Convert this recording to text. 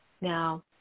Now